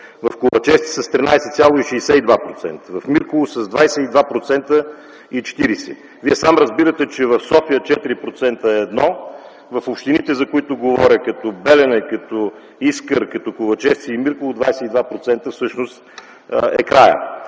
в Ковачевци – с 13,62%, в Мирково – с 22,40%. Вие сам разбирате, че в София 4% е едно, в общините, за които говоря, като Белене, Искър, Ковачевци и Мирково 22%